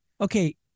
okay